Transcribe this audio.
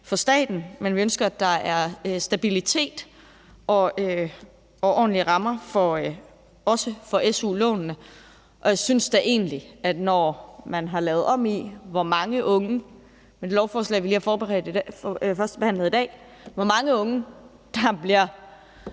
for staten, men vi ønsker, at der er stabilitet og ordentlige rammer, også for su-lånene. Og jeg synes da egentlig, at når vi med det lovforslag, vi lige har førstebehandlet i dag, har lavet om i, hvor mange unge der bliver